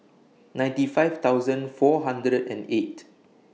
ninety five thousand four hundred and eight